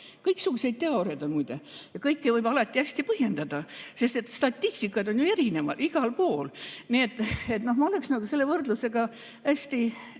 Kõiksuguseid teooriaid on muide ja kõike võib alati hästi põhjendada, sest statistikad on ju erinevad igal pool. Nii et ma oleksin selle võrdlusega hästi-hästi